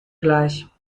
gleich